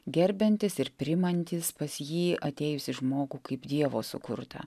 gerbiantis ir priimantys pas jį atėjusį žmogų kaip dievo sukurtą